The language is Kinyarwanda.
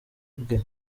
bwe